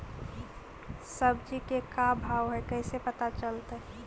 सब्जी के का भाव है कैसे पता चलतै?